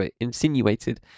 insinuated